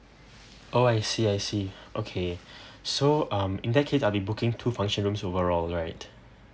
oh I see I see okay so um in that case I'll be booking two function rooms overall right